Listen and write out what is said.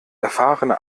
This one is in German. erfahrene